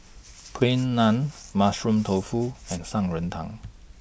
Plain Naan Mushroom Tofu and Shan Rui Tang